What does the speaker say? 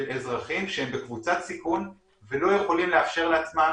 של אזרחים שהם בקבוצת סיכון והם לא יכולים לאפשר לעצמם